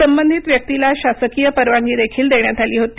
संबंधित व्यक्तीला शासकीय परवानगी देखील देण्यात आली होती